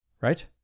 Right